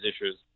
issues